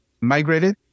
migrated